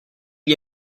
gli